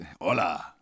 hola